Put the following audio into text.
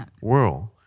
world